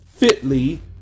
Fitly